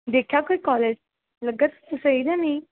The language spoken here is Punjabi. ਦੇਖਿਆ ਕੋਈ ਕੋਲਜ ਲੱਗਿਆ ਸਹੀ ਜਾਂ ਨਹੀਂ